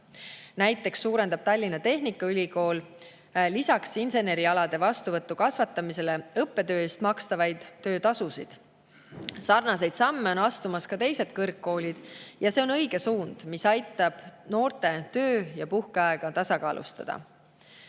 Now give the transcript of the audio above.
Näiteks suurendab Tallinna Tehnikaülikool lisaks insenerialade vastuvõtu kasvatamisele õppetöö eest makstavaid töötasusid. Sarnaseid samme on astumas ka teised kõrgkoolid. Ja see on õige suund, mis aitab noorte töö‑ ja puhkeaega tasakaalustada.